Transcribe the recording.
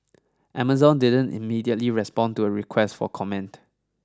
Amazon didn't immediately respond to a request for comment